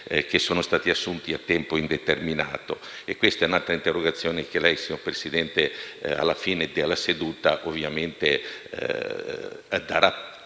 Grazie